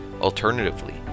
Alternatively